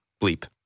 bleep